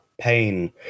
Pain